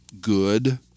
good